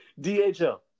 DHL